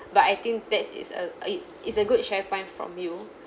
but I think that's is a it is a good share point from you